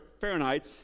Fahrenheit